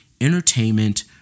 entertainment